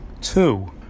Two